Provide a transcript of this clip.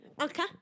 Okay